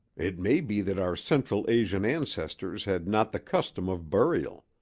it may be that our central asian ancestors had not the custom of burial.